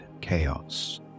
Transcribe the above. chaos